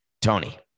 Tony